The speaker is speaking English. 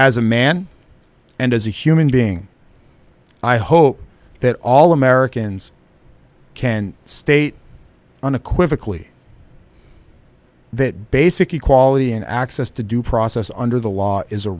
as a man and as a human being i hope that all americans can state unequivocally that basic equality and access to due process under the law is a